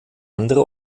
andere